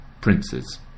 princes